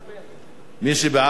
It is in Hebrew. מי שבעד, בעד מליאה.